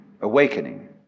awakening